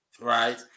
right